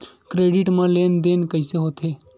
Credit मा लेन देन कइसे होथे?